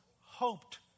hoped